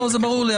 זה ברור לי.